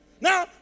Now